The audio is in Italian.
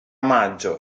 maggio